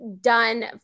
done